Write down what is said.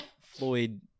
Floyd